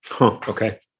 okay